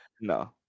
No